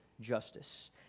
justice